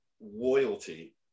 loyalty